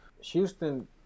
Houston